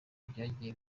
ryagiye